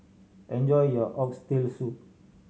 enjoy your Oxtail Soup